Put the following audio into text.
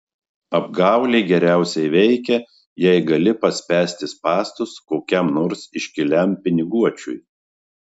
apgaulė geriausiai veikia jei gali paspęsti spąstus kokiam nors iškiliam piniguočiui